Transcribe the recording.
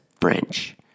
French